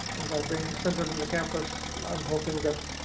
and by being centered in the campus, i'm hoping that